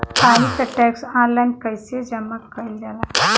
पानी क tax online कईसे जमा कईल जाला?